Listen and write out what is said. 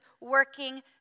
working